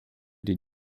die